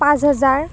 পাঁচ হেজাৰ